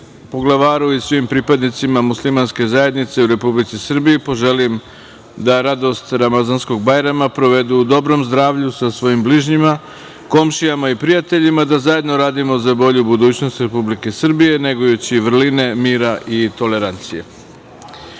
poglavaru i svim pripadnicima muslimanske zajednice u Republici Srbiji poželim da radost Ramazanskog Bajrama provedu u dobrom zdravlju, sa svojim bližnjima, komšijama i prijateljima, da zajedno radimo za bolju budućnost Republike Srbije, negujući vrline mira i tolerancije. Poštovane